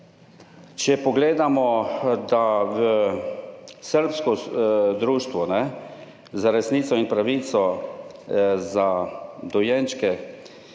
Če pogledamo, da so v srbskem društvu za resnico in pravico za dojenčke